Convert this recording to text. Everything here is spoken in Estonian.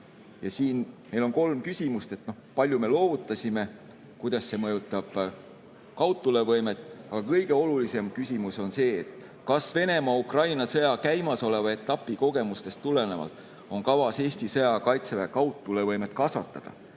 Siin meil on kolm küsimust. Kui palju me [haubitsaid] loovutasime? Kuidas see mõjutab kaudtulevõimet? Aga kõige olulisem küsimus on see: kas Venemaa‑Ukraina sõja käimasoleva etapi kogemustest tulenevalt on kavas Eesti sõjaväe kaudtulevõimet kasvatada,